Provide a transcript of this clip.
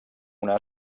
una